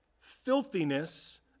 filthiness